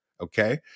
okay